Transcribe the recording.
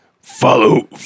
follow